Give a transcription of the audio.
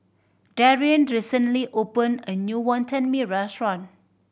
Darrien recently opened a new Wantan Mee restaurant